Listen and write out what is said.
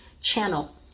channel